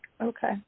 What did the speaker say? Okay